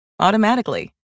Automatically